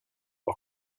are